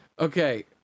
okay